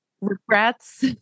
regrets